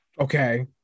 Okay